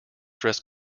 dress